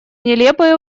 нелепые